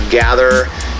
gather